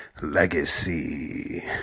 Legacy